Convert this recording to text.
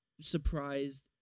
surprised